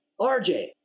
RJ